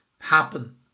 happen